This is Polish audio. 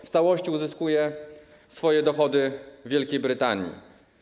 W całości uzyskuje swoje dochody w Wielkiej Brytanii.